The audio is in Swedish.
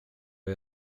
det